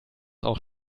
auch